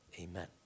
Amen